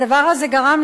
הדבר הזה גרם,